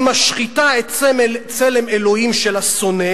היא משחיתה את צלם אלוהים של השונא